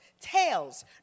tales